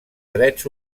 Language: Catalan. drets